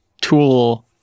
tool